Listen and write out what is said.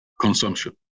consumption